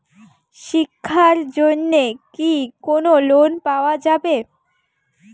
শিক্ষার জন্যে কি কোনো লোন পাওয়া যাবে?